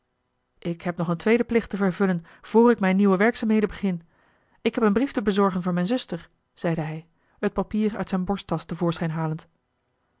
ik heb nog een tweeden plicht te vervullen vr ik mijne nieuwe werkzaamheden begin ik heb een brief te bezorgen voor mijne zuster zeide hij het papier uit zijne borsttasch te voorschijn halend